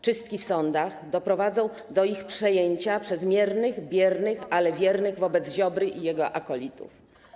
Czystki w sądach doprowadzą do ich przejęcia przez miernych, biernych, ale wiernych wobec Ziobry i jego akolitów.